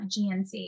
GNC